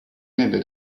nelle